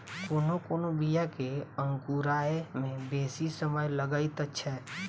कोनो कोनो बीया के अंकुराय मे बेसी समय लगैत छै